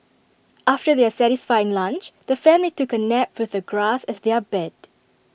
after their satisfying lunch the family took A nap with the grass as their bed